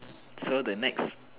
so the next